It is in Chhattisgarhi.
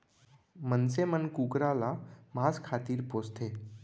मनसे मन कुकरा ल मांस खातिर पोसथें